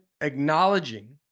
acknowledging